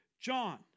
John